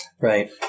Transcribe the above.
Right